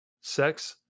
sex